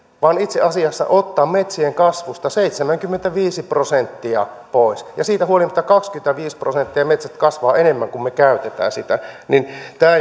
vaan itse asiassa otetaan metsien kasvusta seitsemänkymmentäviisi prosenttia pois ja siitä huolimatta kaksikymmentäviisi prosenttia metsät kasvavat enemmän kuin me käytämme niitä tämä